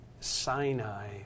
Sinai